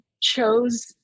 chose